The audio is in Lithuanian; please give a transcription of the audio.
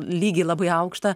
lygį labai aukštą